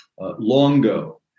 Longo